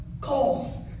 calls